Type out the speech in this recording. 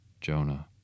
Jonah